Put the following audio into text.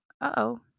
Uh-oh